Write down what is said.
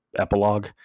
epilogue